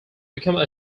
become